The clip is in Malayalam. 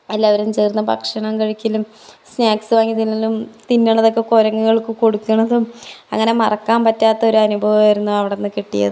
എല്ലാവരും ചേർന്ന് ഭക്ഷണം കഴിക്കലും സ്നാക്സ് വാങ്ങി തിന്നലും തിന്നണതൊക്കെ കുരങ്ങുകൾക്ക് കൊടുക്കണതും അങ്ങനെ മറക്കാൻ പറ്റാത്ത ഒരനുഭവമായിരുന്നു അവടെ നിന്ന് കിട്ടിയത്